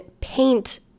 paint